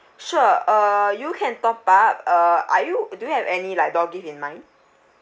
sure uh you can top up uh are you do you have any like door gift in mind